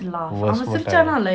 worseful kind